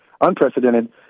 unprecedented